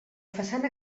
façana